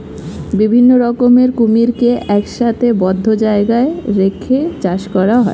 বিভিন্ন রকমের কুমিরকে একসাথে বদ্ধ জায়গায় রেখে চাষ করা হয়